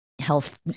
health